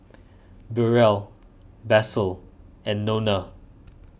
Burrel Basil and Nona